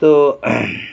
ᱛᱚ